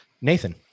Nathan